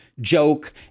joke